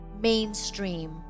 mainstream